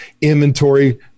inventory